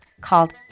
called